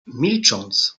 milcząc